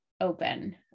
open